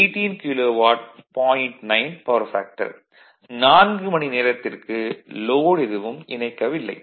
9 power factor 4 மணிநேரத்திற்கு load எதுவும் இணைக்கவில்லை